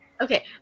Okay